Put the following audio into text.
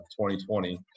2020